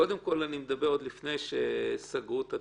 קודם כול, אני מדבר עוד לפני שסגרו את התיק.